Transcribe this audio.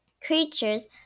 Creatures